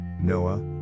Noah